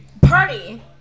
Party